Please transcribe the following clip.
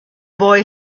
boy